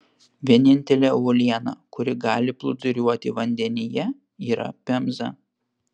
vienintelė uoliena kuri gali plūduriuoti vandenyje yra pemza